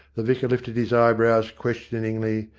the vicar lifted his eyebrows questioningly,